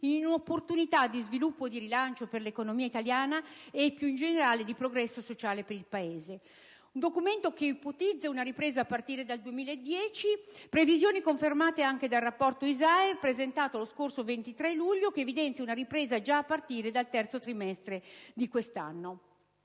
in un'opportunità di sviluppo e di rilancio per l'economia italiana, e più in generale di progresso sociale per il Paese». Il Documento ipotizza una ripresa a partire dal 2010. Tali previsioni sono state confermate anche dal rapporto ISAE presentato lo scorso 23 luglio, che evidenzia una ripresa già a partire dal terzo trimestre di quest'anno.